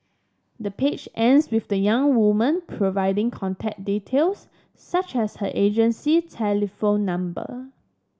the page ends with the young woman providing contact details such as her agency telephone number